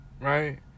right